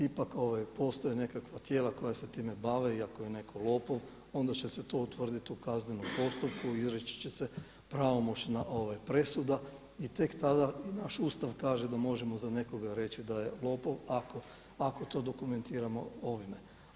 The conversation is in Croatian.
Ipak postoje nekakva tijela koja se time bave i ako je neko lopov onda će se to utvrditi u kaznenom postupku, izreći će se pravomoćna presuda i tek tada i naš Ustav kaže da možemo za nekoga reći da je lopov ako to dokumentiramo ovime.